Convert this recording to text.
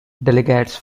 delegates